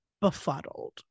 befuddled